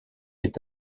est